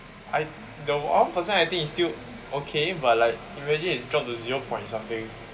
I the one percent I think is still okay but like imagine it drop to zero point something